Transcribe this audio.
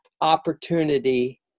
opportunity